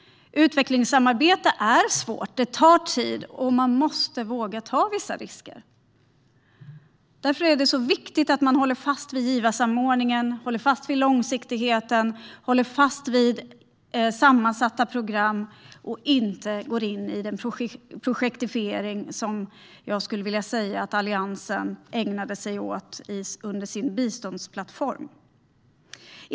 Utvecklingssamarbete är svårt. Det tar tid. Och man måste våga ta vissa risker. Därför är det viktigt att man håller fast vid givarsamordningen, långsiktigheten och sammansatta program och inte går in i en projektifiering, vilket jag skulle vilja säga att Alliansen ägnade sig åt i sin biståndsplattform.